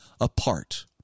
apart